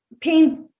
pain